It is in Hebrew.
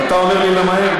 ואתה אומר לי למהר?